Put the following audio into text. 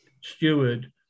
steward